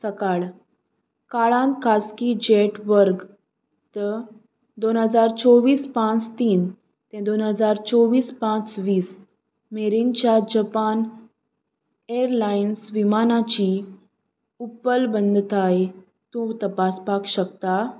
सकाळ काळान खासगी जेट वर्ग त दोन हजार चोवीस पांच तीन ते दोन हजार चोवीस पांच वीस मेरेनच्या जपान एअरलायन्स विमानाची उपलबध्यताय तूं तपासपाक शकता